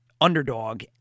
underdog